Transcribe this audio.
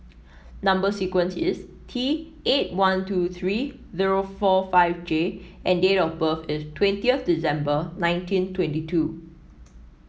number sequence is T eight one two three zero four five J and date of birth is twentieth December nineteen twenty two